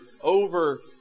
over